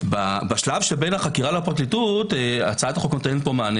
בשלב שבין החקירה לפרקליטות הצעת החוק נותנת פה מענה